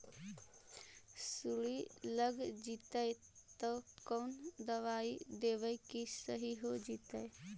सुंडी लग जितै त कोन दबाइ देबै कि सही हो जितै?